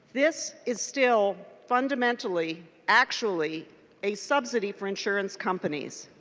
this is still fundamentally actually a subsidy for insurance companies.